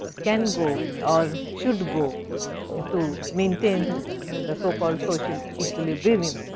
can go or should go to maintain the so-called social equilibrium.